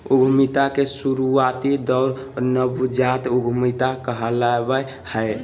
उद्यमिता के शुरुआती दौर नवजात उधमिता कहलावय हय